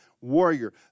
warrior